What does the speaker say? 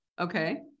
Okay